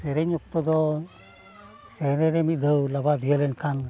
ᱥᱮᱨᱮᱧ ᱚᱠᱛᱚ ᱫᱚ ᱥᱮᱨᱮᱧ ᱨᱮ ᱢᱤᱫ ᱫᱷᱟᱣ ᱞᱟᱵᱟᱫᱷᱤᱭᱟᱹ ᱞᱮᱱᱠᱷᱟᱱ